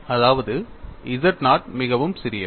அதாவது z naught மிகவும் சிறியது